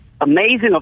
amazing